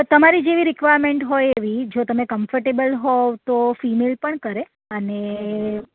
તમારી જેવી રિકવારમેન્ટ હોય એવી જો તમે કમ્ફટેબલ હોવ તો ફિમેલ પણ કરે અને